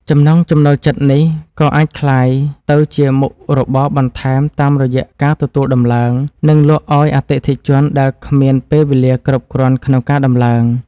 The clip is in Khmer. ចំណង់ចំណូលចិត្តនេះក៏អាចក្លាយទៅជាមុខរបរបន្ថែមតាមរយៈការទទួលដំឡើង និងលក់អោយអតិថិជនដែលគ្មានពេលវេលាគ្រប់គ្រាន់ក្នុងការដំឡើង។